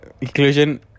inclusion